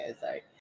sorry